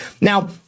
Now